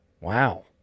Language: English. Wow